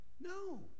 No